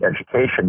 education